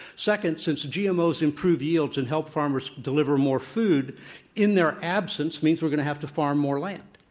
second, since gmos improved yields and helped farmers deliv er more food in their absence means we're going to have to farm more land.